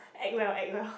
act well act well